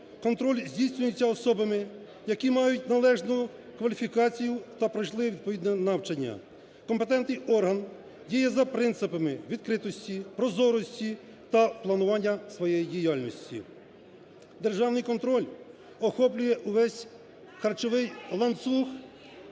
Контроль здійснюється особами, які мають належну кваліфікацію та пройшли відповідне навчання. Компетентний орган діє за принципами: відкритості, прозорості та планування своєї діяльності. Державний контроль охоплює увесь харчовий ланцюг